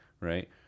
Right